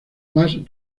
más